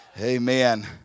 Amen